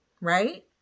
right